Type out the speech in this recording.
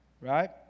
right